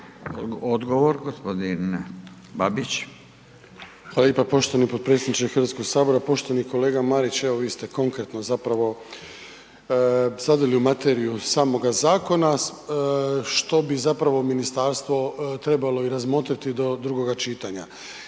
**Babić, Ante (HDZ)** Hvala lipa poštovani potpredsjedniče HS. Poštovani kolega Marić, evo vi ste konkretno zapravo zadrli u materiju samoga zakona, što bi zapravo ministarstvo trebalo i razmotriti do drugoga čitanja.